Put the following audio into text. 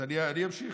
אני אמשיך.